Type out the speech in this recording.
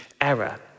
error